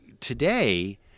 today